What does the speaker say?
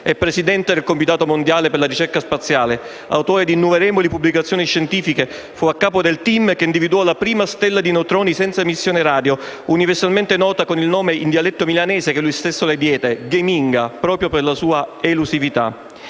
presidente del Comitato mondiale per la ricerca spaziale, autore di innumerevoli pubblicazioni scientifiche, fu a capo del *team* che individuò la prima stella di neutroni senza emissione radio, universalmente nota con il nome in dialetto milanese, che lui stesso le diede, «Geminga», proprio per la sua elusività.